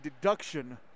deduction